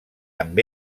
amb